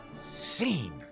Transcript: scene